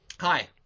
Hi